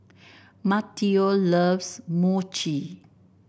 Matteo loves Mochi